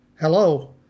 Hello